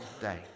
day